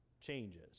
changes